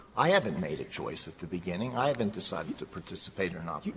i haven't made a choice at the beginning. i haven't decided to participate or not